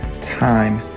time